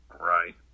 right